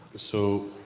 so,